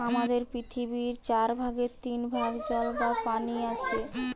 আমাদের পৃথিবীর চার ভাগের তিন ভাগ জল বা পানি আছে